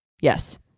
Yes